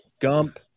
Gump